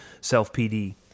self-PD